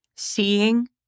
Seeing